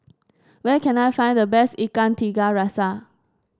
where can I find the best Ikan Tiga Rasa